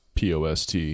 POST